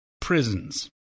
prisons